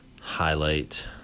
highlight